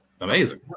amazing